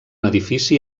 edifici